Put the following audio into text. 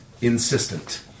insistent